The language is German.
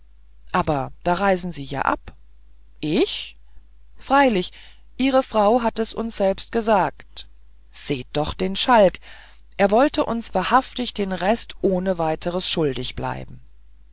übermorgen da reisen sie ja ab ich freilich ihre frau hat es uns selbst gesagt seht doch den schalk er wollte uns wahrhaftig den rest ohne weiteres schuldig bleiben